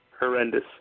horrendous